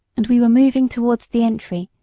and we were moving toward the entry,